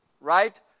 right